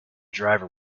driver